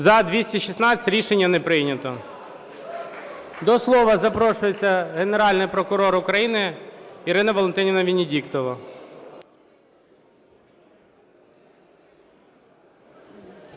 За-216 Рішення не прийнято. До слова запрошується Генеральний прокурор України Ірина Валентинівна Венедіктова.